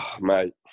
Mate